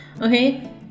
okay